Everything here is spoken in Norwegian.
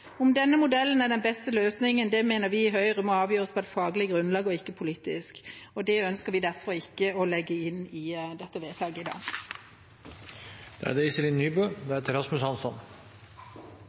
Om denne modellen er den beste løsningen, mener vi i Høyre må avgjøres på et faglig grunnlag og ikke politisk. Det ønsker vi derfor ikke å legge inn i dette vedtaket i dag. Uavhengig av hvor vi er